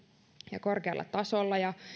ja korkealla tasolla ja